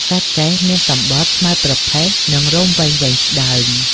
សត្វកែះមានសម្បុរខ្មៅប្រផេះ និងរោមវែងៗស្តើង។